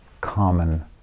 common